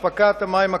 התחשבות במספר רב של